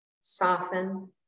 Soften